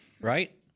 Right